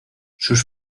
sus